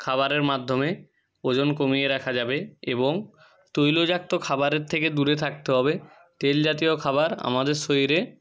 খাবারের মাধ্যমে ওজন কমিয়ে রাখা যাবে এবং তৈলজাক্ত খাবারের থেকে দূরে থাকতে হবে তেল জাতীয় খাবার আমাদের শরীরে